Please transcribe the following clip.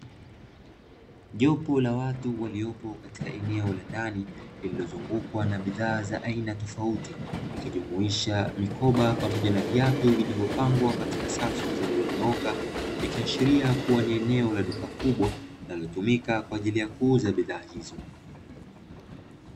Jopo la watu waliopo katika eneo la ndani, lililozungukwa na bidhaa za aina tofauti, ikijumuisha mikoba pamoja na viatu vilivyopangwa katika safu zilizonyooka, ikiashiria kuwa ni eneo la duka kubwa, linalotumika kwa ajili ya kuuza bidhaa hizo.